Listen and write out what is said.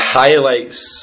highlights